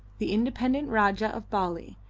the independent rajah of bali,